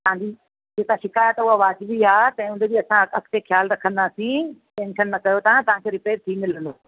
तव्हांजी जेका शिकायत आहे हू वाजिबी आहे तंहिं हूंदे बि असां अॻिते ख़्यालु रखंदासीं टेंशन न कयो तव्हां तव्हांखे रिपेयर थी मिलंदो